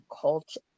culture